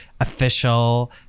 official